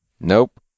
Nope